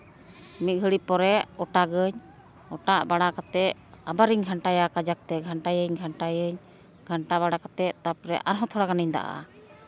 ᱢᱤᱫ ᱜᱷᱟᱹᱲᱤ ᱯᱚᱨᱮ ᱚᱴᱟᱜᱟᱹᱧ ᱚᱴᱟᱜ ᱵᱟᱲᱟ ᱠᱟᱛᱮ ᱟᱵᱟᱨᱤᱧ ᱜᱷᱟᱱᱴᱭᱟ ᱠᱟᱡᱟᱠ ᱛᱮ ᱜᱷᱟᱱᱴᱟᱭᱟᱹᱧ ᱜᱷᱟᱱᱴᱟᱭᱟᱹᱧ ᱜᱷᱟᱱᱴᱟ ᱵᱟᱲᱟ ᱠᱟᱛᱮ ᱟᱨᱦᱚᱸ ᱛᱷᱚᱲᱟ ᱜᱟᱱᱤᱡ ᱫᱟᱜ ᱟᱜᱼᱟ